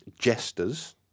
Jesters